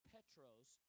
Petros